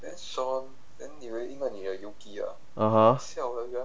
(uh huh)